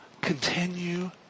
continue